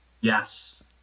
Yes